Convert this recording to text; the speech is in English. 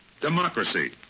Democracy